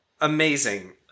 Amazing